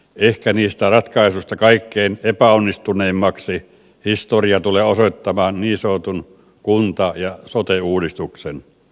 ehkä niistä ratkaisuista kaikkein epäonnistuneimmaksi historia tulee osoittamaan niin sanotun kunta ja sote uudistuksen